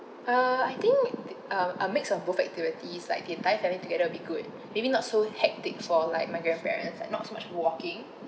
uh I think the um a mix of both activities like the entire family together will be good maybe not so hectic for like my grandparents and not so much more walking